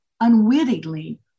unwittingly